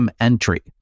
entry